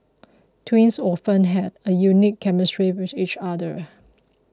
twins often have a unique chemistry with each other